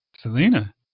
Selena